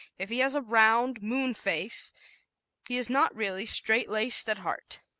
if he has a round, moon face he is not really straight-laced at heart.